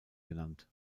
genannt